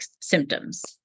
symptoms